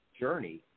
journey